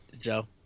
Joe